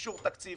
אישור תקציב,